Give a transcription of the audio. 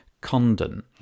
Condon